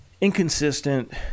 inconsistent